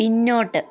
പിന്നോട്ട്